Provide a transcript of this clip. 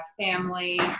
family